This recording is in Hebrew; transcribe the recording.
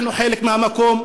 אנחנו חלק מהמקום,